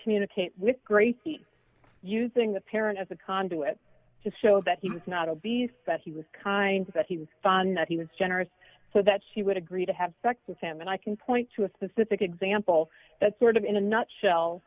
communicate with gracie using the parent as a conduit to show that he was not obese that he was kind because he was found that he was generous so that she would agree to have sex with him and i can point to a specific example that sort of in a nutshell